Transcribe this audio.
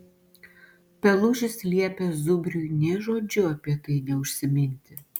pelužis liepė zubriui nė žodžiu apie tai neužsiminti